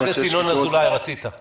חבר הכנסת ינון אזולאי, רצית לשאול.